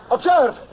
Observe